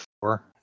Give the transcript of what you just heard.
four